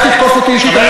אל תתקוף אותי אישית,